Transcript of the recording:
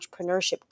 entrepreneurship